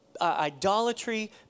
idolatry